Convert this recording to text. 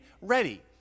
ready